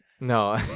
no